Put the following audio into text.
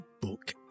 book